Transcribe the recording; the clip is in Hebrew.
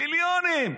מיליונים.